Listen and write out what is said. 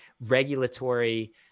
regulatory